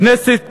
כנסת נכבדה,